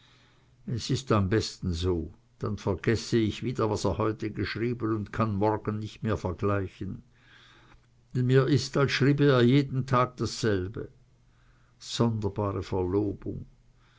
es ist am besten so dann vergeß ich wieder was er heute geschrieben und kann morgen nicht mehr vergleichen denn mir ist als schriebe er jeden tag dasselbe sonderbare verlobung